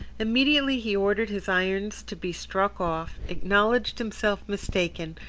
immediately he ordered his irons to be struck off, acknowledged himself mistaken,